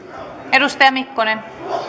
edustaja mikkonen